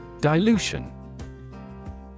Dilution